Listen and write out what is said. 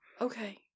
okay